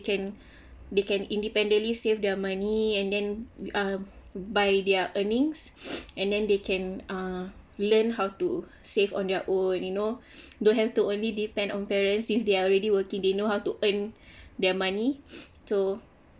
can they can independently save their money and then uh by their earnings and then they can uh learned how to save on their own you know don't have to only depend on parents since they're already working they know how to earn their money to